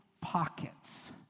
pockets